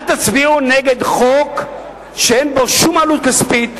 אל תצביעו נגד חוק שאין בו שום עלות כספית,